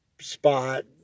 Spot